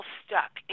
stuck